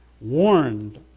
warned